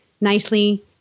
nicely